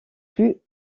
plus